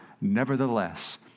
Nevertheless